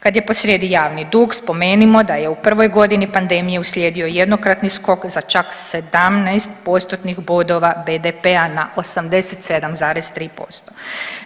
Kad je posrijedi javni dug, spomenimo da je u prvoj godini pandemije uslijedio jednokratni skok za čak 17 postotnih bodova BDP-a na 87,3%